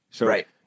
Right